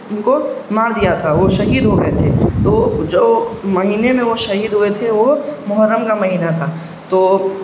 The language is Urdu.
ان کو مار دیا تھا وہ شہید ہو گئے تھے تو جو مہینے میں وہ شہید ہوئے تھے وہ محرم کا مہینہ تھا تو